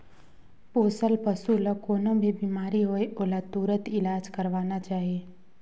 पोसल पसु ल कोनों भी बेमारी होये ओला तुरत इलाज करवाना चाही